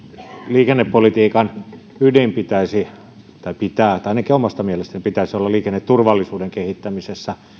liikennepolitiikan ydin pitäisi ainakin omasta mielestäni olla liikenneturvallisuuden kehittämisessä